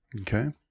Okay